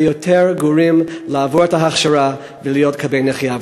זה יעזור ליותר גורים לעבור את ההכשרה ולהיות כלבי נחייה.